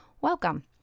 welcome